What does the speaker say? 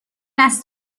است